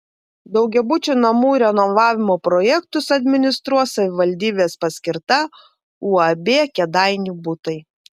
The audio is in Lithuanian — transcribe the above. daugiabučių namų renovavimo projektus administruos savivaldybės paskirta uab kėdainių butai